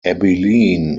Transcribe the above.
abilene